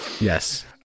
Yes